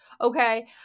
okay